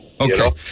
Okay